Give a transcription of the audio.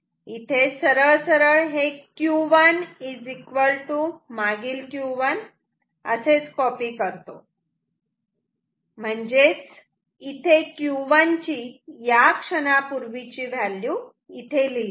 इथे सरळ सरळ हे Q1 मागील Q1 असेच कॉपी करतो म्हणजेच इथे Q1 ची या क्षणापूर्वी ची व्हॅल्यू इथे लिहितो